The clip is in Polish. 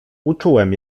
uczułem